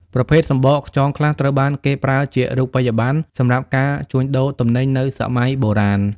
ប្រភេទសំបកខ្យងខ្លះត្រូវបានគេប្រើជារូបិយប័ណ្ណសម្រាប់ការជួញដូរទំនិញនៅសម័យបុរាណ។